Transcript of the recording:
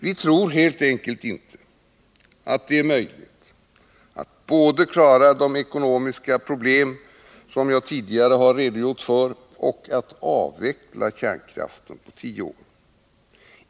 Vi tror helt enkelt inte att det är möjligt att både klara de ekonomiska problem som jag tidigare har redogjort för och avveckla kärnkraften på tio år.